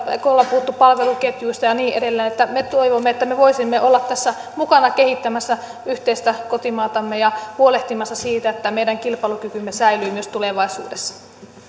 kun ollaan puhuttu palveluketjuista ja niin edelleen me toivomme että me voisimme olla tässä mukana kehittämässä yhteistä kotimaatamme ja huolehtimassa siitä että tämä meidän kilpailukykymme säilyy myös tulevaisuudessa